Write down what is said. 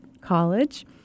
College